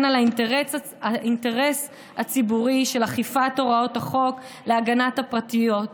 על האינטרס הציבורי של אכיפת הוראות החוק להגנת הפרטיות.